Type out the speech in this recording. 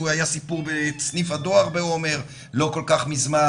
היה סיפור בסניף הדואר בעומר לא כל כך מזמן.